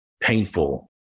painful